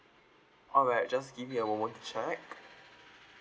alright just give me a moment to check